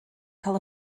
cael